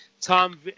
Tom